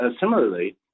similarly